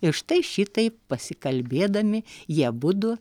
ir štai šitaip pasikalbėdami jie abudu